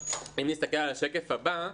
אם נסתכל על השקף הבא,